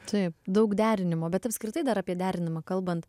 taip daug derinimo bet apskritai dar apie derinimą kalbant